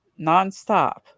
nonstop